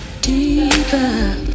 Deeper